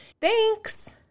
Thanks